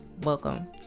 welcome